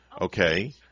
Okay